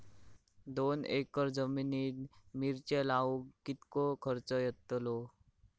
दोन एकर जमिनीत मिरचे लाऊक कितको खर्च यातलो?